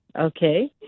Okay